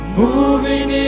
moving